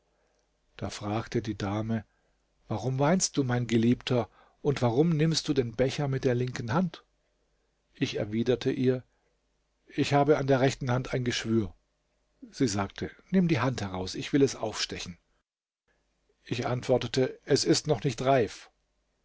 da fragte die dame warum weinst du mein geliebter und warum nimmst du den becher mit der linken hand ich erwiderte ihr ich habe an der rechten hand ein geschwür sie sagte nimm die hand heraus ich will es aufstechen ich antwortete es ist noch nicht reif